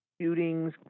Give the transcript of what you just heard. shootings